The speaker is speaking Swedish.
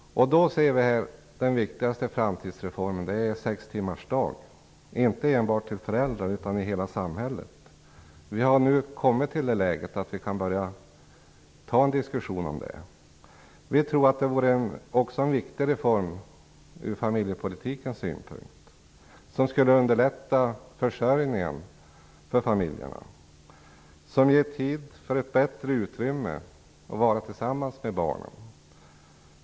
Den viktigaste framtidsreformen gäller 6-timmarsdag. Det skall inte enbart gälla för föräldrar, utan för hela samhället. Vi har nu kommit i det läget att vi kan börja diskutera den frågan. Vi tror att det också vore en viktig reform ur familjepolitikens synpunkt. Den skulle underlätta försörjningen för familjerna och ge föräldrarna mer tid att vara tillsammans med barnen.